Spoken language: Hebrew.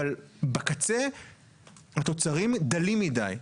אבל בקצה התוצרים דלים מדיי,